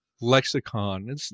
lexicon